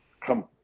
come